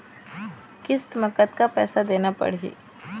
किस्त म कतका पैसा देना देना पड़ही?